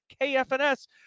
KFNS